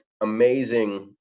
amazing